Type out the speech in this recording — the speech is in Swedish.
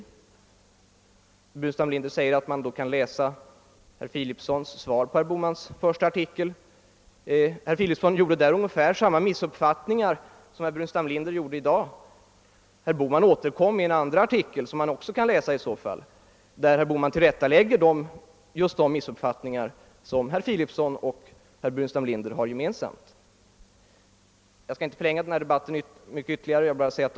Herr Burenstam Linder säger att man även bör läsa professor Philipsons svar på professor Bomans första artikel. Philipson gjorde sig där skyldig till ungefär samma missuppfattningar som herr Burenstam Linder gör i dag. Sedan återkom herr Boman med en andra artikel, i vilken han tillrättalade de missuppfattningar som Philipson och herr Burenstam Linder har gemensamt.